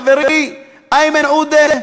חברי איימן עודה,